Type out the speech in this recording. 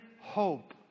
hope